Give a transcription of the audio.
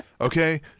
Okay